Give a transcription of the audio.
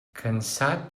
cansat